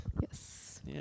Yes